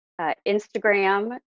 Instagram